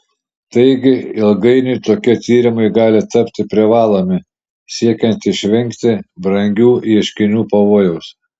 taigi ilgainiui tokie tyrimai gali tapti privalomi siekiant išvengti brangių ieškinių pavojaus